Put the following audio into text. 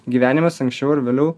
gyvenimas anksčiau ar vėliau